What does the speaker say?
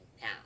now